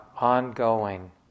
ongoing